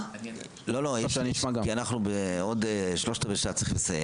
אנחנו עוד שלושת רבעי שעה צריכים לסיים